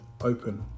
open